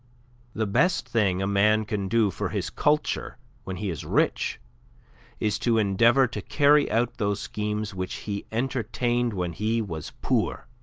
the best thing a man can do for his culture when he is rich is to endeavor to carry out those schemes which he entertained when he was poor.